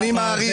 אני מעריך,